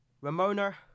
Ramona